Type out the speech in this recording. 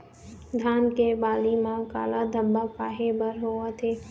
धान के बाली म काला धब्बा काहे बर होवथे?